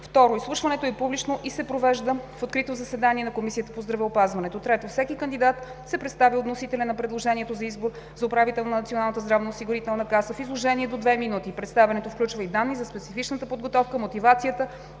5. 2. Изслушването е публично и се провежда в открито заседание на Комисията по здравеопазването. 3. Всеки кандидат се представя от вносителя на предложението за избор за управител на Националната здравноосигурителна каса в изложение до две минути. Представянето включва и данни за специфичната подготовка, мотивацията,